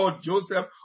Joseph